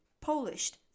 polished